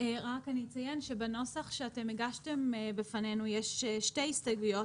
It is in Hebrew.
רק אני אציין שבנוסח שאתם הגשתם בפנינו יש שתי הסתייגויות,